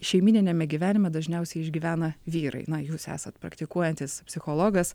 šeimyniniame gyvenime dažniausiai išgyvena vyrai na jūs esat praktikuojantis psichologas